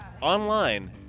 Online